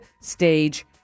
stage